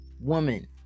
woman